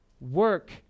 Work